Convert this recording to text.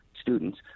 students